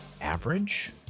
average